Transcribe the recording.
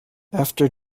after